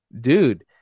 dude